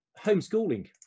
homeschooling